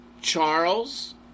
Charles